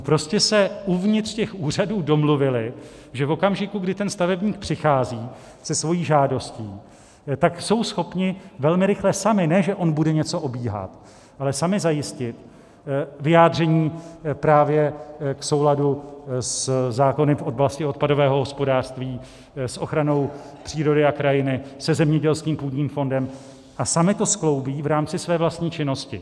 Prostě se uvnitř těch úřadů domluvili, že v okamžiku, kdy stavebník přichází se svou žádostí, tak jsou schopni velmi rychle sami, ne že on bude něco obíhat, ale sami zajistit vyjádření právě k souladu se zákony v oblasti odpadového hospodářství, s ochranou přírody a krajiny, se zemědělským půdním fondem a sami to skloubí v rámci své vlastní činnosti.